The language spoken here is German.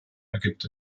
ergibt